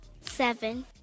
Seven